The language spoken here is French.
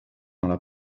avoir